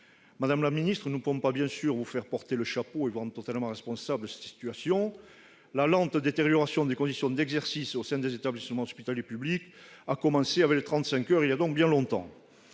Madame la secrétaire d'État, nous ne pouvons pas, bien sûr, vous faire porter le chapeau en vous rendant totalement responsable de cette situation. La lente détérioration des conditions d'exercice au sein des établissements hospitaliers publics a commencé avec les 35 heures, voilà bien longtemps.